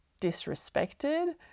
disrespected